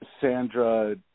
Sandra